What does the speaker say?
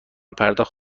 پرداخت